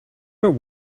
but